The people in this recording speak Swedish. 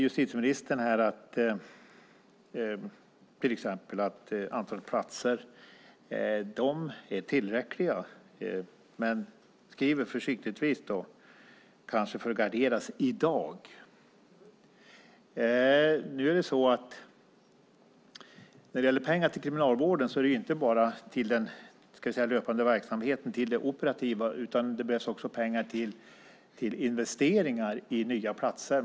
Justitieministern säger att antalet platser är tillräckligt men säger försiktigtvis, kanske för att gardera sig, "i dag". När det gäller pengar till Kriminalvården behövs det inte bara till den löpande verksamheten, till det operativa, utan också till investeringar i nya platser.